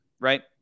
Right